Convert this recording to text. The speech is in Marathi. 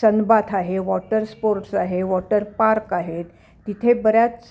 सनबाथ आहे वॉटर स्पोर्ट्स आहे वॉटरपार्क आहेत तिथे बऱ्याच